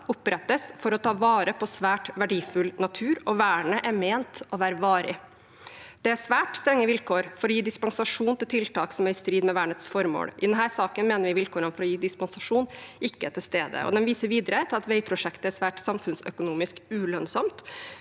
opprettes for å ta vare på svært verdifull natur, og vernet er ment å være varig. Det er svært strenge vilkår for å gi dispensasjon til tiltak som er i strid med vernets formål. I denne saken me ner vi vilkårene for å gi dispensasjon ikke er til stede.» De viser videre til at veiprosjektet er svært samfunnsøkonomisk ulønnsomt,